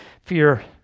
fear